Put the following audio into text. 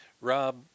Rob